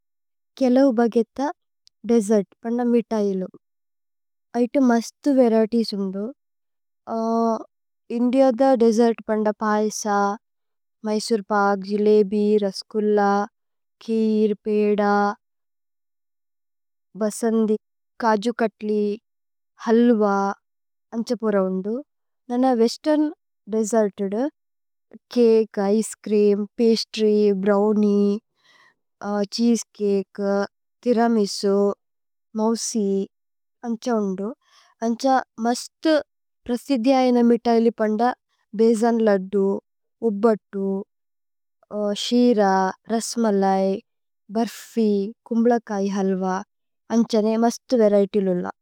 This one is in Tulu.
കേലൌബഗേഥ ദേസേര്ത് പന്ദമിത്തയിലു ഐതു മസ്തു। വരിഏതിഏസ് ഉന്ദു ഇന്ദിഅദ ദേസേര്ത്। പന്ദപയസ, മ്യ്സോരേ പക്, ജിലേബി, രസകുല്ല। ഖീര്, പേദ, ബസന്ദി, കജു കത്ലി, ഹല്വ। അന്ഛ പുര ഉന്ദു നന്ന വേസ്തേര്ന് ദേസ്സേര്തുദു cake. Ice cream, pastry, ബ്രോവ്നിഏ। ഛീസേ cake, tiramisu, mousse, അന്ഛ ഉന്ദു। അന്ഛ മസ്തു പ്രസിധ്യയേന മിത്തയിലി പന്ദ। ബേസന് ലദ്ദു, ഉബ്ബത്തു, ശീര, രസ്മലൈ ബുര്ഫി। കുമ്ബ്ലകൈ ഹല്വ അന്ഛ നേ മസ്തു വരിഏതിഏസ് ഉന്ദു।